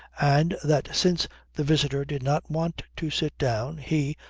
and that, since the visitor did not want to sit down, he,